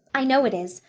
i know it is,